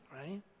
right